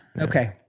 Okay